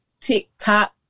TikTok